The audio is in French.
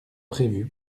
prévue